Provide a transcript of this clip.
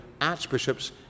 archbishops